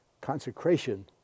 consecration